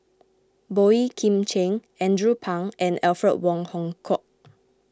Boey Kim Cheng Andrew Phang and Alfred Wong Hong Kwok